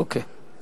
אוקיי.